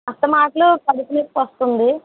అస్తమాట్లు కడుపు నొప్పి వస్తుంది